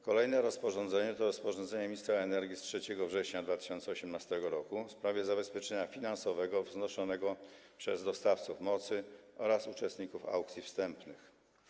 Kolejne rozporządzenie to rozporządzenie ministra energii z 3 września 2018 r. w sprawie zabezpieczenia finansowego wnoszonego przez dostawców mocy oraz uczestników aukcji wstępnych.